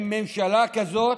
עם ממשלה כזאת,